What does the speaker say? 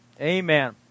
Amen